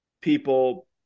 people